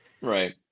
Right